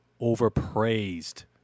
Overpraised